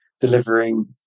delivering